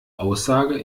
aussage